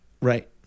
right